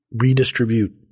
redistribute